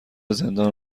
زندان